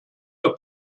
der